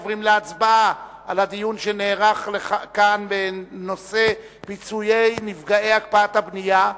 עוברים להצבעה על הדיון שנערך כאן בנושא פיצויי נפגעי הקפאת הבנייה.